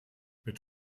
mit